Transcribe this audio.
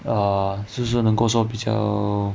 err 就是能够说比较